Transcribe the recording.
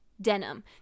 denim